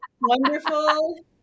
Wonderful